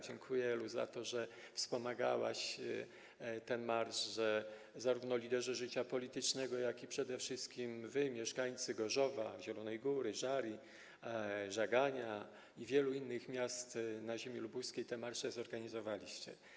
Dziękuję, Elu, za to, że wspomagałaś ten marsz, że zarówno liderzy życia politycznego, jak i przede wszystkim wy, mieszkańcy Gorzowa, Zielonej Góry, Żar, Żagania i wielu innych miast na ziemi lubuskiej, te marsze zorganizowaliście.